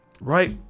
right